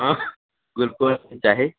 हँ ग्लूकोच भी चाही